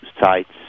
sites